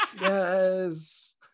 Yes